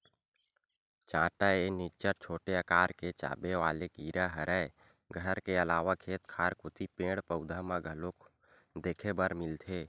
चाटा ए निच्चट छोटे अकार के चाबे वाले कीरा हरय घर के अलावा खेत खार कोती पेड़, पउधा म घलोक देखे बर मिलथे